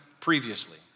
previously